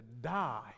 die